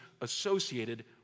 associated